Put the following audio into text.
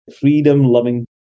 freedom-loving